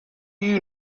you